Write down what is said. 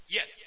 Yes